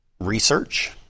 research